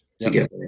together